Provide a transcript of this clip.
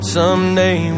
someday